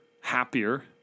happier